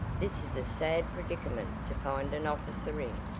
this is a sad predicament to find an officer in.